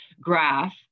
graph